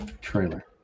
trailer